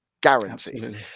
guarantee